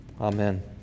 Amen